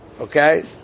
Okay